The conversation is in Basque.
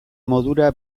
modura